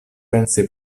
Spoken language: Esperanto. pensi